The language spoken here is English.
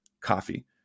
coffee